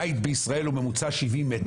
בית בישראל הוא ממוצע 70 מטר.